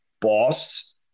boss